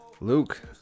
Luke